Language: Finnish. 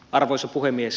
arvoisa puhemies